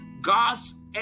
God's